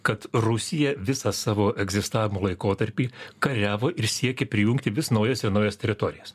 kad rusija visą savo egzistavimo laikotarpį kariavo ir siekė prijungti vis naujas ir naujas teritorijas